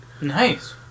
Nice